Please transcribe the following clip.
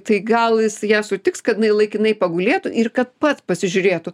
tai gal jis ją sutiks kad jinai laikinai pagulėtų ir kad pats pasižiūrėtų